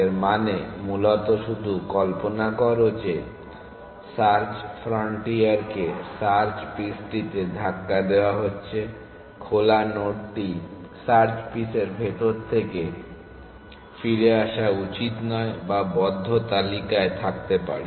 এর মানে মূলত শুধু কল্পনা করো যে সার্চ ফ্রন্টিয়ারকে সার্চ পিসটিতে ধাক্কা দেওয়া হচ্ছে খোলা নোডটি সার্চ পিসের ভিতর থেকে ফিরে আসা উচিত নয় যা বদ্ধ তালিকায় থাকতে পারে